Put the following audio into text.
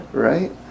right